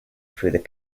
through